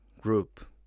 group